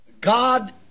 God